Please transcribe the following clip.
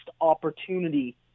opportunity